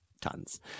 Tons